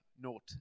naught